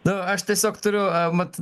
na aš tiesiog turiu mat